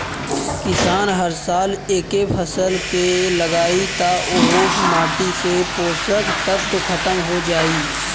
किसान हर साल एके फसल के लगायी त ओह माटी से पोषक तत्व ख़तम हो जाई